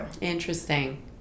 interesting